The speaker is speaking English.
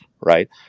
right